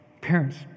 Parents